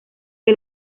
que